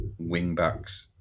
wingbacks